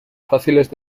fáciles